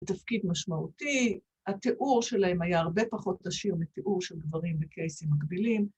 תפקיד משמעותי, התיאור שלהם היה הרבה פחות עשיר מתיאור של גברים בקייסים מקבילים.